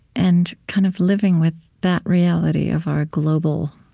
and kind of living with that reality of our global